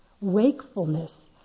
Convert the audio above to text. wakefulness